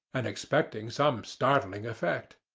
and expecting some startling effect.